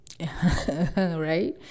right